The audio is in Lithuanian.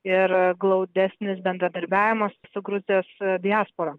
ir glaudesnis bendradarbiavimas su gruzijos diaspora